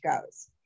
goes